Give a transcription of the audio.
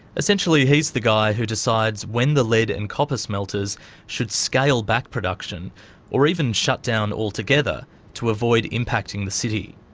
essentially, he's the guy who decides when the lead and copper smelters should scale back production or even shut down altogether to avoid impacting the city.